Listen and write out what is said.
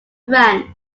friends